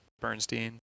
Bernstein